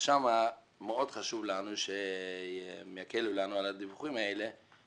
מאוד חשוב לנו שהם יקלו לנו על הדיווחים האלה.